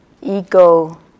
ego